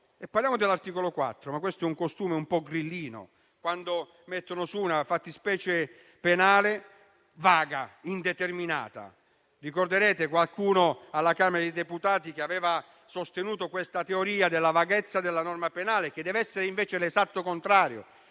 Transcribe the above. parliamo dell'articolo 4, ma questo è un costume un po' grillino: individuare una fattispecie penale vaga, indeterminata. Ricorderete qualcuno alla Camera dei deputati che aveva sostenuto la teoria della vaghezza della norma penale, mentre deve essere l'esatto contrario,